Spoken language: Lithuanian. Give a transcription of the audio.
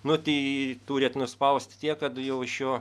nu tai turit nuspaust tiek kad jau iš jo